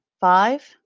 five